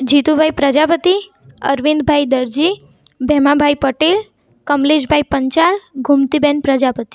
Jitubhai Prajapati Arvindbhai Darji Bhemabhai Patel Kamleshbhai Panchal Gomtiben Prajapati